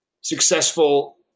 successful